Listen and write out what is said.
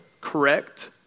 correct